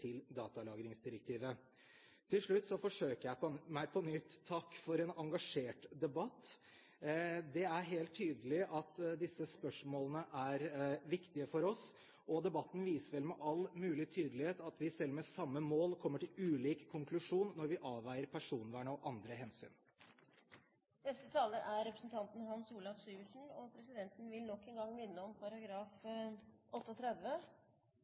til datalagringsdirektivet? Til slutt forsøker jeg meg på nytt: Takk for en engasjert debatt! Det er helt tydelig at disse spørsmålene er viktige for oss. Debatten viser vel med all mulig tydelighet at vi selv med samme mål kommer til ulik konklusjon når vi avveier personvern og andre hensyn. Neste taler er representanten Hans Olav Syversen. Presidenten vil nok en gang minne om